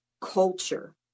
culture